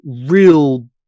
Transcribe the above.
real